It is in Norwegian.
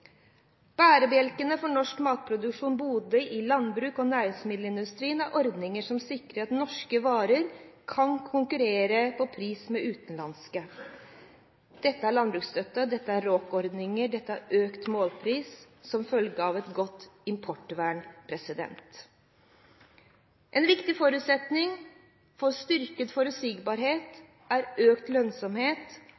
Bærebjelkene for norsk matproduksjon, både i landbruket og næringsmiddelindustrien, er ordninger som sikrer at norske varer kan konkurrere på pris med utenlandske – som landbruksstøtte, RÅK-ordningen og økt målpris som følge av et godt importvern. En viktig forutsetning for styrket forutsigbarhet